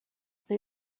they